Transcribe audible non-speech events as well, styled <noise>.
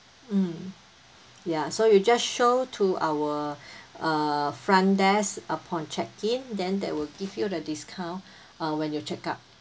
mm ya so you just show to our <breath> uh front desk upon check in then that will give you the discount uh when you check out